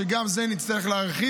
שגם את זה נצטרך להרחיב.